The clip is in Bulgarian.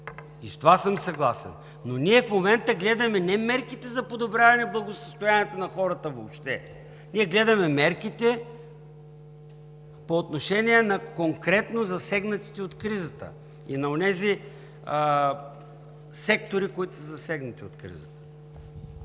и с това съм съгласен. Но ние в момента гледаме не мерките за подобряване благосъстоянието на хората – въобще ние гледаме мерките по отношение на конкретно засегнатите от кризата и на онези сектори, които са засегнати от кризата.